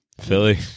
Philly